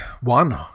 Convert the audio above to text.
one